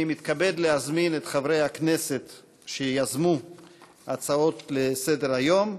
אני מתכבד להזמין את חברי הכנסת שיזמו הצעות לסדר-היום,